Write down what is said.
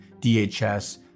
DHS